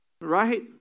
Right